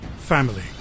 Family